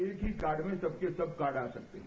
एक ही कार्ड में सब के सब कार्ड आ सकते हैं